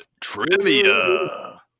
Trivia